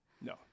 No